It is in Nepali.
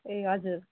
ए हजुर